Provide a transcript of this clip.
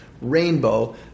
rainbow